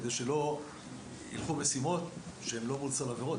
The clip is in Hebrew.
כדי שלא ילכו משימות שהן לא מול סל עבירות